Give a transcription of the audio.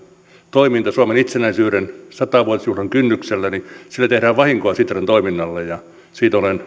toiminta suomen itsenäisyyden sata vuotisjuhlan kynnyksellä tehdään vahinkoa sitran toiminnalle ja siitä olen